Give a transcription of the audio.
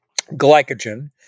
glycogen